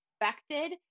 expected